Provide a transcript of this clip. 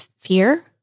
fear